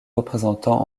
représentant